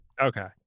Okay